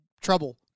trouble